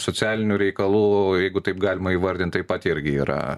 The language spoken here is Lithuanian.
socialinių reikalų jeigu taip galima įvardint taip pat irgi yra